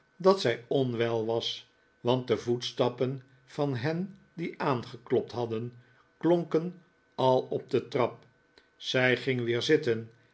dat zij onwel was want de voetstappen van hen die aangeklopt hadden klonken al op de trap zij ging weer zitten